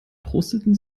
prosteten